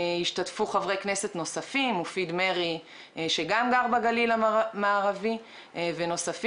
השתתפו חברי כנסת נוספים: מופיד מרעי שגם גר בגליל המערבי ואחרים.